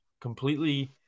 completely